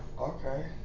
Okay